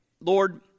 Lord